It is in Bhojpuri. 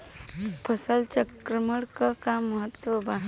फसल चक्रण क का महत्त्व बा?